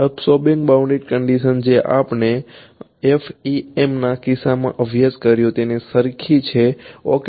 absorbing boundary condition જે આપણે FEMના કિસ્સામાં અભ્યાસ કર્યો તેના સરખી છે ઓકે